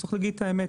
צריך להגיד את האמת.